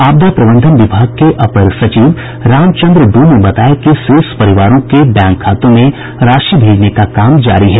आपदा प्रबंधन विभाग के अपर सचिव रामचन्द्र डू ने बताया कि शेष परिवारों के बैंक खातों में राशि भेजने का काम जारी है